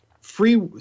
free